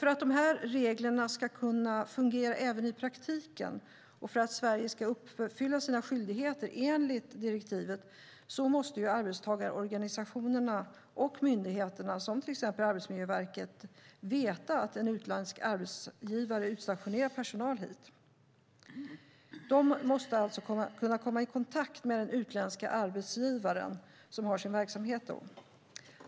För att de här reglerna ska kunna fungera även i praktiken och för att Sverige ska uppfylla sina skyldigheter enligt direktivet måste arbetstagarorganisationerna och myndigheterna, som till exempel Arbetsmiljöverket, veta att en utländsk arbetsgivare utstationerar personal hit. De måste alltså kunna komma i kontakt med den utländska arbetsgivaren som har sin verksamhet här.